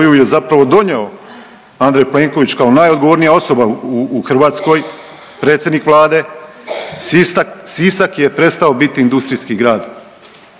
koju je zapravo donio Andrej Plenković kao najodgovornija osoba u Hrvatskoj, predsjednik Vlade, Sisak je prestao biti industrijski grad.